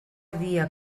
dia